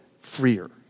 freer